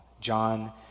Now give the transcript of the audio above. John